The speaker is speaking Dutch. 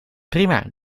prima